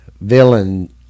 villain